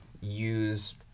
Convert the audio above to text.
use